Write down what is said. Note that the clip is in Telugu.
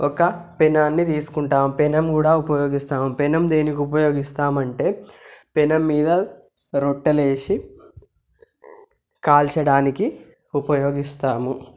ఒక పెనాన్ని తీసుకుంటాం పెనం కూడా ఉపయోగిస్తాం పెనం దేనికి ఉపయోగిస్తాం అంటే పెనం మీద రొట్టెలు వేసి కాల్చడానికి ఉపయోగిస్తాము